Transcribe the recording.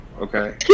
Okay